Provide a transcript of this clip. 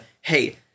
hey